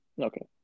Okay